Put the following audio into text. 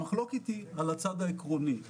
המחלוקת היא על הצד העקרוני,